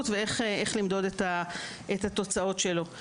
ואיך למדוד את התוצאות של המקומות בו הושקע.